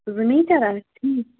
زٕ میٖٹر حظ ٹھیٖک